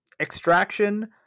extraction